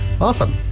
Awesome